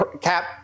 cap